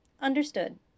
Understood